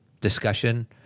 discussion